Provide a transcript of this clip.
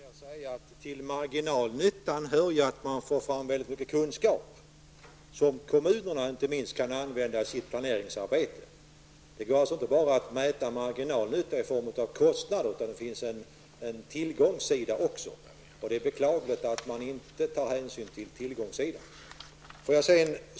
Herr talman! Till Lars De Geer vill jag säga att till marginalnyttan hör att man genom olika statistikuppgifter får mycket kunskaper som inte minst kommunerna kan använda sig av i sitt planeringsarbete. Det går alltså inte bara att mäta marginalnytta i form av kostnader. Det finns också en tillgångssida, som det är beklagligt att man inte tar hänsyn till.